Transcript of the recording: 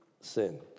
sin